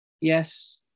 Yes